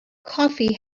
coffee